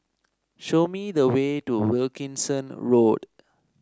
show me the way to Wilkinson Road